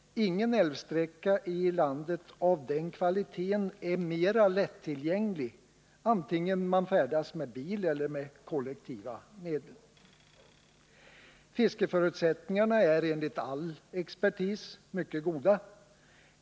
Ingen älvsträcka i landet av den kvaliteten är mera lättillgänglig, oavsett om man färdas med bil eller med kollektiva medel. Fiskeförutsättningarna är enligt all expertis mycket goda.